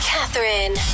Catherine